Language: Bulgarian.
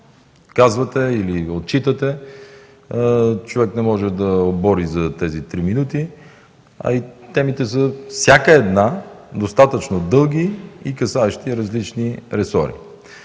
казвате или отчитате, човек не може да обори за тези за три минути, а и темите са – всяка една, достатъчно дълги и касаещи различни ресори.